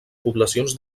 poblacions